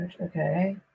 okay